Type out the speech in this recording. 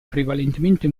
prevalentemente